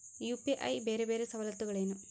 UPI ಬೇರೆ ಬೇರೆ ಸವಲತ್ತುಗಳೇನು?